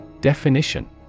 Definition